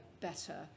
better